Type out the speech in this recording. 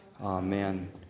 Amen